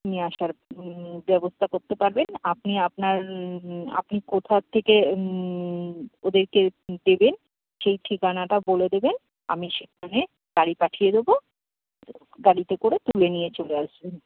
নিয়ে আসার ব্যবস্থা করতে পারবেন আপনি আপনার আপনি কোথা থেকে ওদেরকে দেবেন সেই ঠিকানাটা বলে দেবেন আমি সেখানে গাড়ি পাঠিয়ে দেব গাড়িতে করে তুলে নিয়ে চলে আসবেন